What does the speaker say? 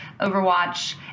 Overwatch